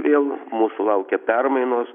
vėl mūsų laukia permainos